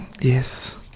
Yes